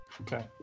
okay